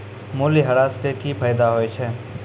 मूल्यह्रास से कि फायदा होय छै?